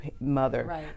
mother